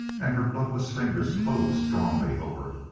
and her bloodless fingers closed strongly over it.